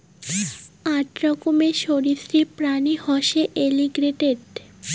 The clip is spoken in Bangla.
আক রকমের সরীসৃপ প্রাণী হসে এলিগেটের